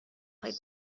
خوای